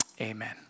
amen